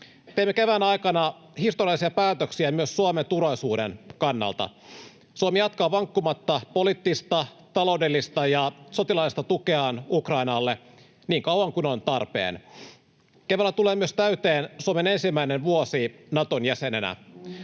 Teemme kevään aikana historiallisia päätöksiä myös Suomen turvallisuuden kannalta. Suomi jatkaa vankkumatta poliittista, taloudellista ja sotilaallista tukeaan Ukrainalle, niin kauan kuin on tarpeen. Keväällä tulee myös täyteen Suomen ensimmäinen vuosi Naton jäsenenä.